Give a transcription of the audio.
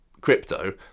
crypto